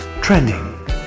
trending